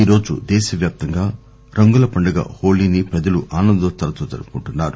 ఈరోజు దేశ వ్యాప్తంగా రంగుల పండుగ హోళీని ప్రజలు ఆనందోత్సవాలతో జరుపుకుంటున్నారు